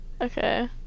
Okay